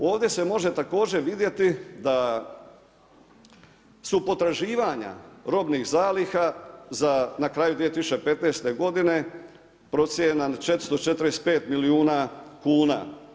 Ovdje se može također vidjeti da su potraživanja robnih zaliha na kraju 2015. godine procijenjena na 445 milijuna kuna.